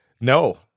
No